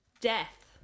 death